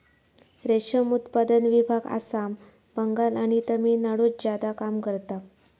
रेशम उत्पादन विभाग आसाम, बंगाल आणि तामिळनाडुत ज्यादा काम करता